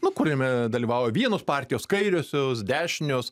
nu kuriame dalyvavo vienos partijos kairiosios dešinios